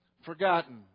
forgotten